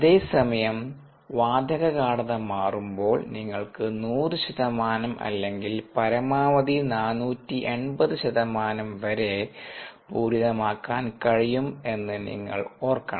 അതേസമയം വാതക ഗാഢത മാറുമ്പോൾ നിങ്ങൾക്ക് 100 ശതമാനം അല്ലെങ്കിൽ പരമാവധി 480 ശതമാനം വരെ പൂരിതമാക്കാൻ കഴിയും എന്ന് നിങ്ങൾ ഓർക്കണം